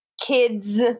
kids